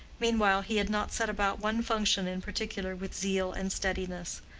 meanwhile he had not set about one function in particular with zeal and steadiness.